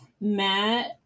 Matt